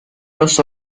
los